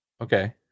Okay